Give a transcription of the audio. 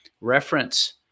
reference